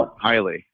highly